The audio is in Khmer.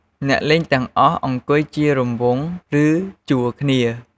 អ្នកលេងទាំងអស់អង្គុយជារង្វង់ ឬជួរគ្នា។